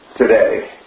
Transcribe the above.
today